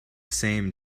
same